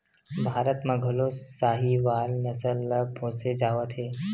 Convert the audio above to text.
भारत म घलो साहीवाल नसल ल पोसे जावत हे